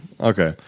Okay